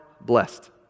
blessed